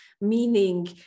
meaning